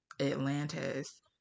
Atlantis